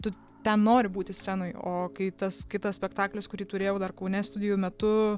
tu ten nori būti scenoj o kai tas kitas spektaklis kurį turėjau dar kaune studijų metu